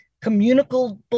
communicable